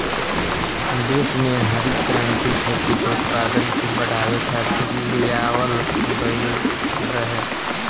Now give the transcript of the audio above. देस में हरित क्रांति खेती में उत्पादन के बढ़ावे खातिर लियावल गईल रहे